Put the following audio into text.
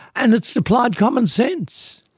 and its applied common sense.